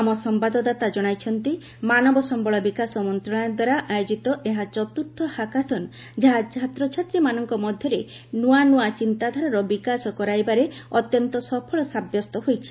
ଆମ ସମ୍ଭାଦଦାତା ଜଣାଇଛନ୍ତି ମାନବ ସମ୍ଭଳ ବିକାଶ ମନ୍ତ୍ରଣାଳୟ ଦ୍ୱାରା ଆୟୋଜିତ ଏହା ଚତୁର୍ଥ ହାକାଥନ୍ ଯାହା ଛାତ୍ରଛାତ୍ରୀମାନଙ୍କ ମଧ୍ୟରେ ନ୍ତ୍ରଆ ନୂଆ ଚିନ୍ତାଧାରାର ବିକାଶ କରାଇବାରେ ଅତ୍ୟନ୍ତ ସଫଳ ସାବ୍ୟସ୍ତ ହୋଇଛି